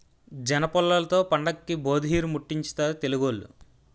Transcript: జనపుల్లలతో పండక్కి భోధీరిముట్టించుతారు తెలుగోళ్లు